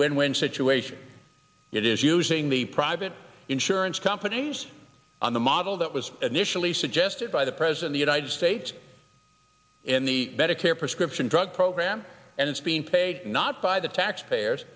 win win situation it is using the private insurance companies on the model that was initially suggested by the president the united states in the medicare prescription drug program and it's being paid not by the tax payers